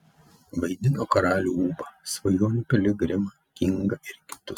vaidino karalių ūbą svajonių piligrimą kingą ir kitus